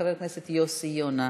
חבר הכנסת יוסי יונה,